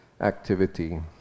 activity